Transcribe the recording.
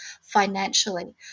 financially